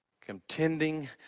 Contending